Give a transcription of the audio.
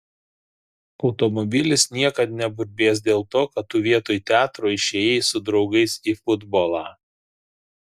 automobilis niekad neburbės dėl to kad tu vietoj teatro išėjai su draugais į futbolą